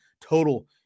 total